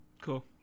Cool